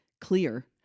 clear